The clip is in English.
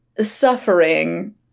suffering